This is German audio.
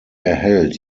erhält